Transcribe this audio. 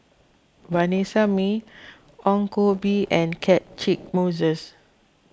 Vanessa Mae Ong Koh Bee and Catchick Moses